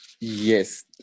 Yes